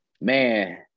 man